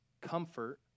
comfort